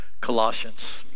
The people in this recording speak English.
Colossians